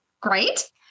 great